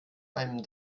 einem